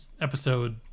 episode